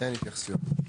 אין התייחסויות.